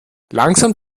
langsam